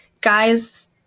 guys